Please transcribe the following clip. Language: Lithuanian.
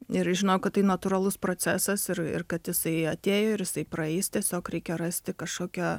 ir žinojau kad tai natūralus procesas ir ir kad jisai atėjo ir jisai praeis tiesiog reikia rasti kažkokio